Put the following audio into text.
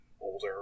older